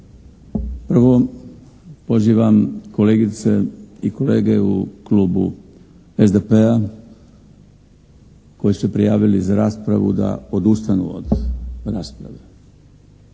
Prvo, pozivam kolegice i kolege u Klubu SDP-a koji su se prijavili za raspravu da odustanu od rasprave.